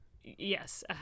Yes